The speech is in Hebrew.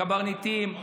הקברניטים,